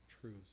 truth